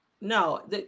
No